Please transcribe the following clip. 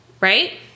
right